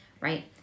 Right